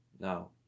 Now